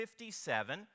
57